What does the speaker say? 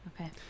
Okay